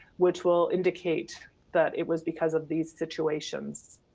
which will indicate that it was because of these situations.